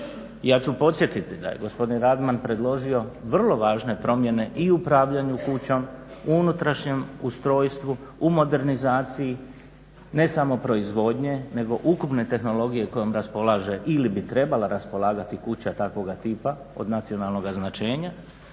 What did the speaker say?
ja ću podsjetiti da je gospodin Radman predložio vrlo važne promjene i u upravljanju kućom, u unutrašnjem ustrojstvu, u modernizaciji ne samo proizvodnje nego ukupne tehnologije kojom raspolaže ili bi trebala raspolagati kuća takvog tipa od nacionalnog značenja,